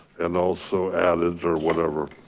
and also added or whatever.